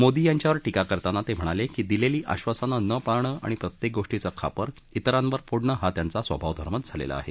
मोदी यांच्यावर टीका करताना ते म्हणाले की दिलेली आश्वासनं नं पाळणं आणि प्रत्येक गोष्टीचं खापर इतरांवर फोडणं हा त्यांचा स्वभावधर्मच झालेला आहे